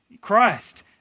Christ